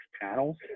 panels